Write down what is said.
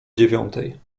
dziewiątej